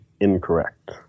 incorrect